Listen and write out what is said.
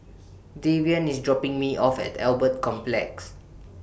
Davion IS dropping Me off At Albert Complex